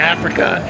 Africa